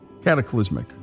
cataclysmic